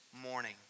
morning